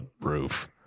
roof